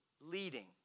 leading